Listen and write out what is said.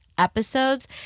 episodes